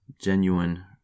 genuine